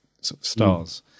stars